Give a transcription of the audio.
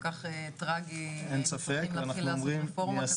כך טראגי יכולים להתחיל לעשות רפורמות.